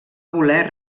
voler